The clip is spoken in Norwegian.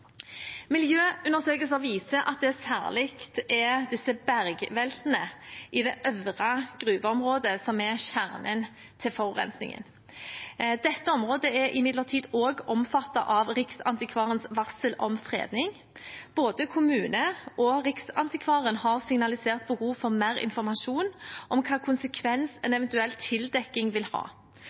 Miljøundersøkelser viser at det særlig er bergveltene i det øvre gruveområdet som er kjernen til forurensningen. Dette området er imidlertid også omfattet av Riksantikvarens varsel om fredning. Både kommunen og Riksantikvaren har signalisert behov for mer informasjon om hvilke konsekvenser en eventuell tildekning vil ha.